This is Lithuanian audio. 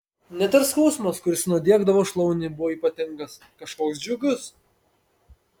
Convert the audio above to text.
net ir skausmas kuris nudiegdavo šlaunį buvo ypatingas kažkoks džiugus